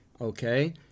okay